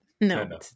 no